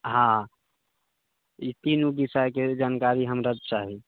हाँ ई तीनू विषयके जानकारी हमरा चाही